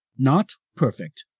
not perfect,